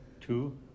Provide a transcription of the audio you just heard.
Two